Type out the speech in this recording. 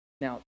Now